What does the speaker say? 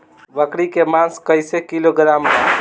बकरी के मांस कईसे किलोग्राम बा?